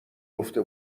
گفته